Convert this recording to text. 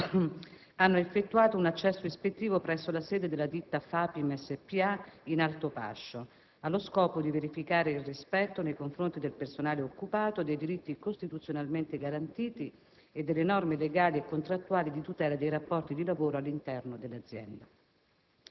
hanno effettuato un accesso ispettivo presso la sede della ditta FAPIM spa in Altopascio, allo scopo di verificare il rispetto, nei confronti del personale occupato, dei diritti costituzionalmente garantiti e delle norme legali e contrattuali di tutela dei rapporti di lavoro all'interno dell'azienda.